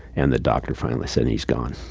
and the doctor finally said, he's gone.